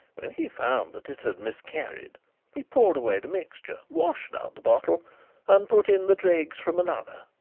when he found that it had miscarried he poured away the mixture, washed out the bottle and put in the dregs from another.